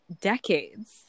decades